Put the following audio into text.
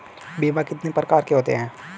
बीमा कितने प्रकार के होते हैं?